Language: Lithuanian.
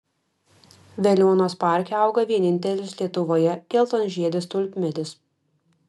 veliuonos parke auga vienintelis lietuvoje geltonžiedis tulpmedis